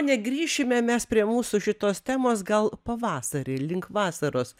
negrįšime mes prie mūsų šitos temos gal pavasarį link vasaros